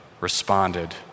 responded